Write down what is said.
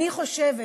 אני חושבת